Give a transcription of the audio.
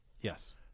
Yes